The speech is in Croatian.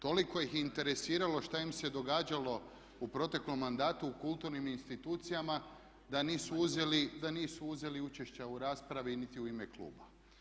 Toliko ih je interesiralo šta im se događalo u proteklom mandatu u kulturnim institucijama da nisu uzeli učešća u raspravi niti u ime kluba.